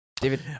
david